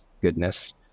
goodness